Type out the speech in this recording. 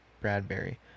Bradbury